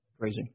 Crazy